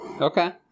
Okay